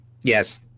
Yes